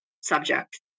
subject